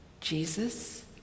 Jesus